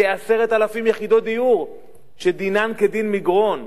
וכ-10,000 יחידות דיור שדינן כדין מגרון,